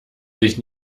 sich